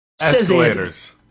Escalators